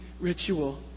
ritual